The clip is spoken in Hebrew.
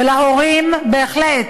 ולהורים בהחלט,